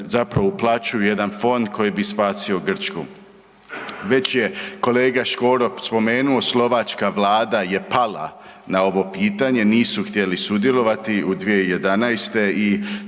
zapravo uplaćuju u jedan fond koji bi spasio Grčku. Već je kolega Škoro spomenuo, slovačka vlada je pala na ovo pitanje, nisu htjeli sudjelovati u 2011. i